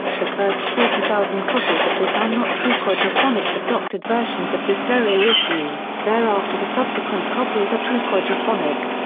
the first forty thousand copies of this are not true quadrophonic but doctored versions of the stereo issue, thereafter the subsequent copies are true quadrophonic.